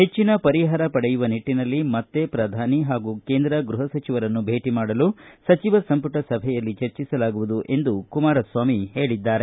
ಹೆಚ್ಚಿನ ಪರಿಹಾರ ಪಡೆಯುವ ನಿಟ್ಟನಲ್ಲಿ ಮತ್ತೆ ಶ್ರಧಾನಿ ಹಾಗೂ ಕೇಂದ್ರ ಗೃಹ ಸಚಿವರನ್ನು ಭೇಟ ಮಾಡಲು ಸಚಿವ ಸಂಪುಟ ಸಭೆಯಲ್ಲಿ ಚರ್ಚಿಸಲಾಗುವುದು ಎಂದು ಕುಮಾರಸ್ವಾಮಿ ಹೇಳಿದ್ದಾರೆ